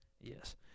Yes